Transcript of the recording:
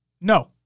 No